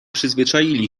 przyzwyczaili